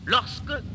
Lorsque